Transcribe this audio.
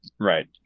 Right